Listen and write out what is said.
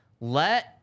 Let